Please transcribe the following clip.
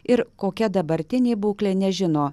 ir kokia dabartinė būklė nežino